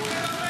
תשתוק.